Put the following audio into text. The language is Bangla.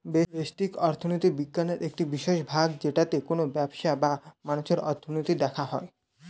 ব্যষ্টিক অর্থনীতি বিজ্ঞানের একটি বিশেষ ভাগ যেটাতে কোনো ব্যবসার বা মানুষের অর্থনীতি দেখা হয়